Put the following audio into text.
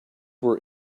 were